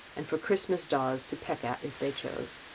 and for christmas daws to peck at if they chose.